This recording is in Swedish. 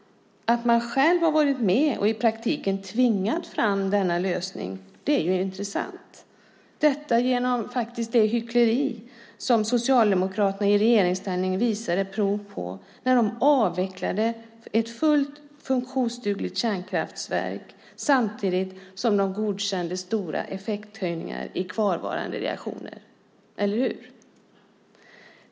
Att man själva har varit med och i praktiken tvingat fram denna lösning är intressant! Detta skedde genom det hyckleri som Socialdemokraterna i regeringsställning visade prov på när de avvecklade ett fullt funktionsdugligt kärnkraftverk samtidigt som de godkände stora effekthöjningar i kvarvarande reaktorer.